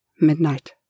midnight